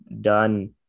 done